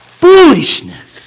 foolishness